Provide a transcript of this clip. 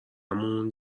مون